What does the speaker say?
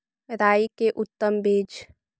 राई के उतम बिज?